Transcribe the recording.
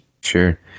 Sure